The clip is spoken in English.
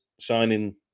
signing